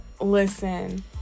listen